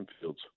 Fields